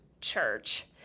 church